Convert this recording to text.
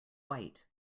white